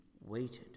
waited